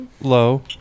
low